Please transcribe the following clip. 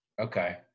Okay